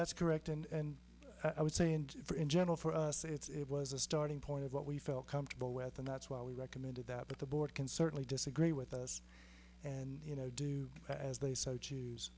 that's correct and i would say and for in general for us it's it was a starting point of what we felt comfortable with and that's why we recommended that the board can certainly disagree with us and you know do as they so choose